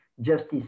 justice